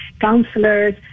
counselors